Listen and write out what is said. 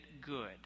good